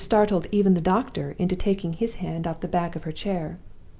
which startled even the doctor into taking his hand off the back of her chair.